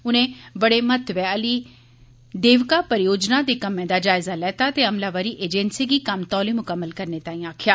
उनें बड़े महत्व आली देविका परियोजना दे कम्मै दा जायजा लैता ते अमलावरी एजेंसी गी कम्म तौले मुकम्मल करने लेई आक्खेआ